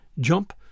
jump